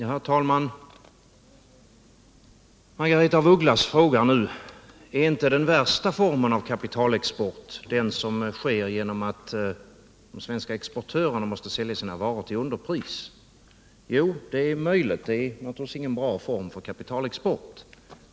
Herr talman! Margaretha af Ugglas frågar nu: Är inte den värsta formen av kapitalexport den som sker genom att de svenska exportörerna måste sälja sina varor till underpris? Jo, det är möjligt. Det är naturligtvis ingen bra form för kapitalexport.